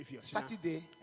Saturday